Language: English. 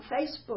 Facebook